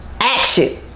action